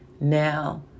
Now